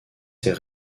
s’est